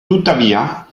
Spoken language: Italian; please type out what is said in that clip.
tuttavia